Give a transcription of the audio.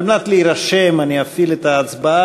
על מנת להירשם אני אפעיל את ההצבעה,